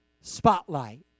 spotlight